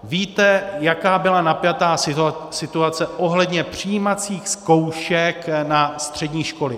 Víte, jaká byla napjatá situace ohledně přijímacích zkoušek na střední školy.